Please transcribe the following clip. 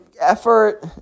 effort